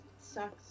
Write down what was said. sucks